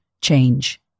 change